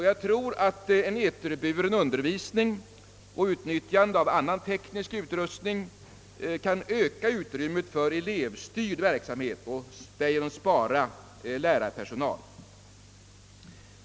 Jag tror att en eterburen undervisning och utnyttjande av annan teknisk utrustning kan öka utrymmet för elevstyrd verksamhet, varigenom man sparar in lärarpersonal.